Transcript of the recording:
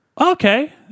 Okay